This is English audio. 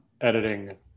editing